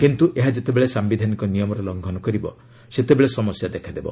କିନ୍ତୁ ଏହା ଯେତେବେଳେ ସାୟିଧାନିକ ନିୟମର ଲଙ୍ଘନ କରିବ ସେତେବେଳେ ସମସ୍ୟା ଦେଖାଦେବ